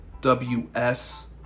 WS